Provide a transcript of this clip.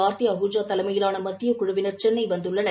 ஆர்த்தி அஹூஜா தலைமையிலான மத்தியக் குழுவினர் சென்னை வந்துள்ளனர்